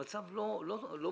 המצב לא מזהיר,